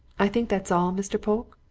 i think that's all, mr. polke?